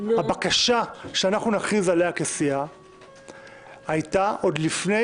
הבקשה שנכריז עליה כסיעה הייתה עוד לפני